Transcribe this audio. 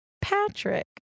Patrick